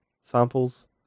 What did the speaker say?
samples